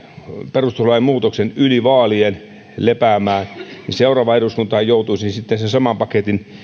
perustuslain muutoksen yli vaalien lepäämään niin seuraava eduskunta joutuisi sitten sen saman paketin